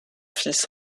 fils